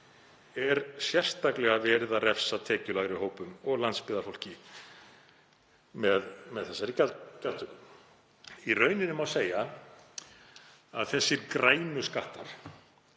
er sérstaklega verið að refsa tekjulægri hópum og landsbyggðarfólki með þessari gjaldtöku. Í rauninni má segja að þessir grænu skattar